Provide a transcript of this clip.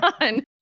on